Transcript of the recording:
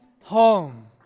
home